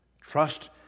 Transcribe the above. Trust